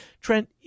Trent